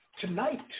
Tonight